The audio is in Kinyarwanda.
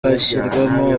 hashyirwaho